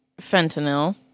fentanyl